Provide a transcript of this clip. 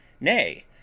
nay